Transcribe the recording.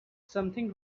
something